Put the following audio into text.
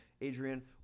Adrian